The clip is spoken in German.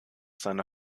seiner